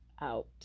out